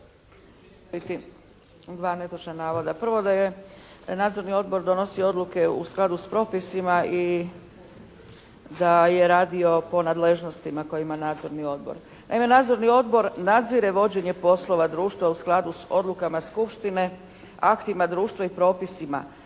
Prvo da je, da Nadzorni odbor donosi odluke u skladu s propisima i da je radio po nadležnostima koje ima Nadzorni odbor. Naime Nadzorni odbor nadzire vođenje poslova društva u skladu s odlukama skupštine, aktima društva i propisima.